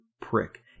prick